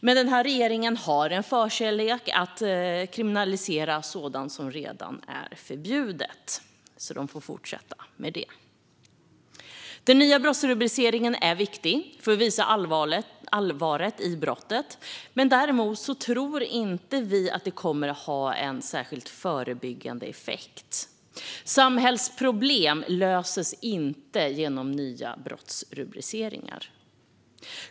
Men regeringen har en förkärlek för att kriminalisera sådant som redan är förbjudet, så den får fortsätta med det. Den nya brottsrubriceringen är viktig för att visa allvaret i brottet, men däremot tror vi inte att den kommer att ha en särskild förebyggande effekt. Samhällsproblem löses inte genom nya brottsrubriceringar.